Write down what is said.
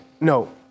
No